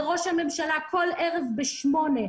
וראש הממשלה כל ערב בשמונה,